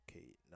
Okay